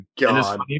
God